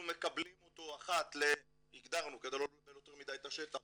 אנחנו מקבלים אותו הגדרנו כדי לא לבלבל יותר מדי את השטח